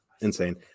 insane